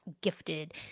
gifted